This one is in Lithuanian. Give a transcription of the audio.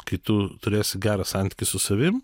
kai tu turėsi gerą santykį su savim